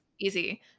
easy